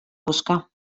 busca